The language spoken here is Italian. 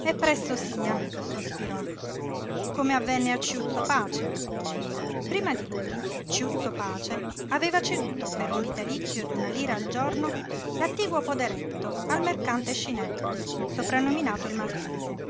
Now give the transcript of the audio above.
e presto sia sospirò come avvenne a ciuzzo pace prima di lui ciuzzo pace aveva ceduto per un vitalizio d'una lira al giorno l'attiguo poderetto al mercante scinè soprannominato il maltese